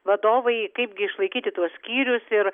vadovai kaipgi išlaikyti tuos skyrius ir